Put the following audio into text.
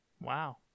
Wow